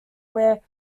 where